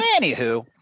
Anywho